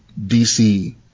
DC